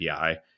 API